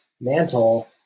mantle